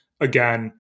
again